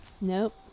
nope